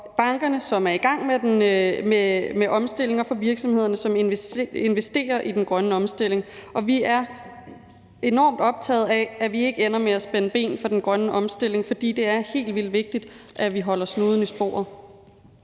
som er i gang med den grønne omstilling, og for virksomhederne, som investerer i den grønne omstilling. Vi er enormt optaget af, at vi ikke ender med at spænde ben for den grønne omstilling, for det er helt vildt vigtigt, at vi holder snuden i sporet.